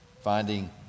finding